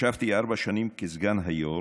ישבתי ארבע שנים כסגן היו"ר,